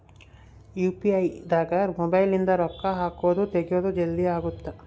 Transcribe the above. UPI ದಾಗ mobile ನಿಂದ ರೊಕ್ಕ ಹಕೊದ್ ತೆಗಿಯೊದ್ ಜಲ್ದೀ ಅಗುತ್ತ